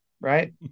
Right